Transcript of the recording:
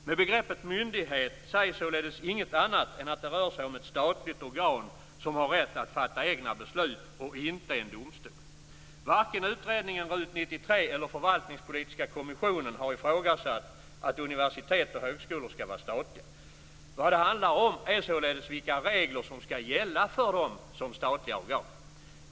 Med begreppet myndighet sägs således inget annat än att det rör sig om ett statligt organ som har rätt att fatta egna beslut och som inte är en domstol. Varken utredningen RUT-93 eller Förvaltningspolitiska kommissionen har ifrågasatt att universitet och högskolor skall vara statliga. Vad det handlar om är således vilka regler som skall gälla för dem som statliga organ.